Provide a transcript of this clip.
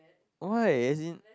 why as in